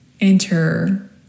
enter